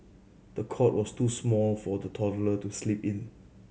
the cot was too small for the toddler to sleep in